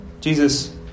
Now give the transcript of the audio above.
Jesus